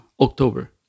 October